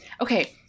Okay